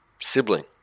sibling